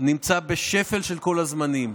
נמצא בשפל של כל הזמנים,